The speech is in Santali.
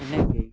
ᱤᱱᱟᱹᱜᱮ